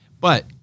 But-